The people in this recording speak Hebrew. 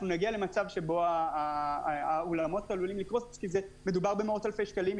אנחנו נגיע למצב שבו האולמות עלולים לקרוס כי מדובר במאות אלפי שקלים,